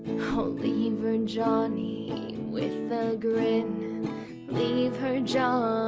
oh, leave her, and johnny with a grin leave her, johnny,